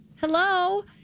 hello